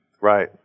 right